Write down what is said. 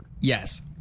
Yes